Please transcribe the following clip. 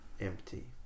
empty